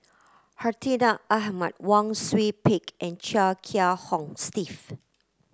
Hartinah Ahmad Wang Sui Pick and Chia Kiah Hong Steve